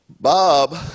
Bob